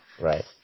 Right